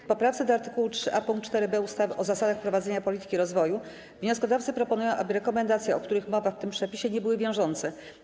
W poprawce do art. 3a pkt 4b ustawy o zasadach prowadzenia polityki rozwoju wnioskodawcy proponują, aby rekomendacje, o których mowa w tym przepisie, nie były wiążące.